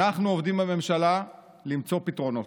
אנחנו עובדים בממשלה למצוא פתרונות.